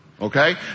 Okay